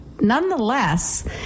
Nonetheless